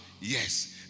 Yes